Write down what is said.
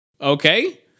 Okay